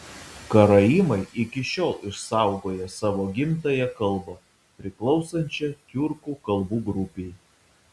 karaimai iki šiol išsaugoję savo gimtąją kalbą priklausančią tiurkų kalbų grupei